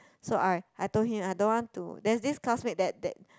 so I I told him I don't want to there's this classmate that that